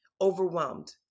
overwhelmed